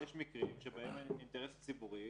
ויש מקרים שבהם האינטרס הציבורי